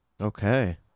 Okay